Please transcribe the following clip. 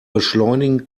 beschleunigen